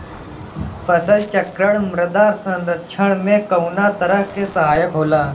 फसल चक्रण मृदा संरक्षण में कउना तरह से सहायक होला?